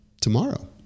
tomorrow